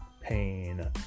pain